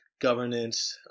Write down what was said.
governance